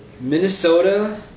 Minnesota